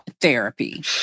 therapy